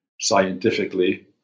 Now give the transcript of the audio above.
scientifically